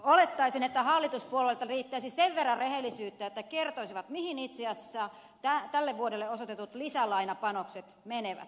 olettaisin että hallituspuolueilta riittäisi sen verran rehellisyyttä että kertoisivat mihin itse asiassa tälle vuodelle osoitetut lisälainapanokset menevät